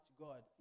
God